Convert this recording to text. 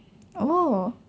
oh